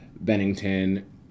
Bennington